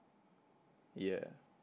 yeah